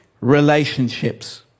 relationships